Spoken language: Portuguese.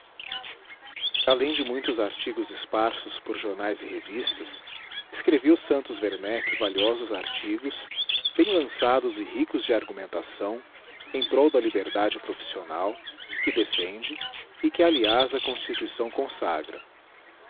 alem de muitos artigos esparsos por jomaes e revistas escreveu santos wemeck valiosos artigos bem lançados e ricos de argumentação em prol da liberdade profissional que defende e que aliás a constituição consagra